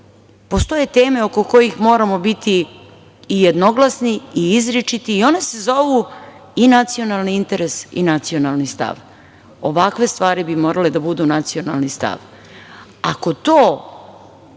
postoje teme oko kojih moramo biti i jednoglasni i izričiti, i one se zovu i nacionalni interes i nacionalni stav. Ovakve stvari bi morale da budu nacionalni stav.